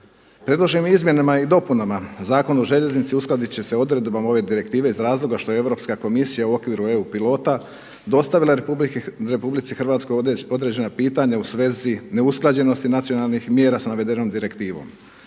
Predloženim izmjenama i dopunama Zakona o željeznici uskladit će se odredbom ove direktive iz razloga što Europska komisija u okviru EU pilota dostavila RH određena pitanja u svezi neusklađenosti nacionalnih mjera sa navedenom direktivom.